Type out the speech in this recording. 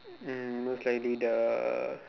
mm most likely the